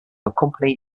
accompany